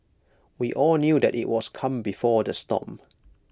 we all knew that IT was calm before the storm